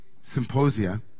Symposia